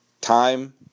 Time